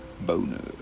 Boner